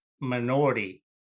minority